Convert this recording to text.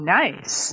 nice